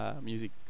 music